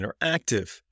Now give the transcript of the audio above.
Interactive